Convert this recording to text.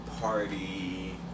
party